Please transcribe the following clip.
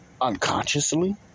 unconsciously